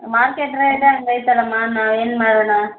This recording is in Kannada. ಮಾರ್ಕೇಟ್ ರೇಟೆ ಹಂಗೆ ಐತಲಮ್ಮ ನಾವು ಏನು ಮಾಡೋಣ